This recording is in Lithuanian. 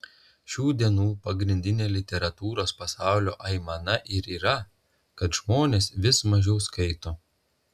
šių dienų pagrindinė literatūros pasaulio aimana ir yra kad žmonės vis mažiau skaito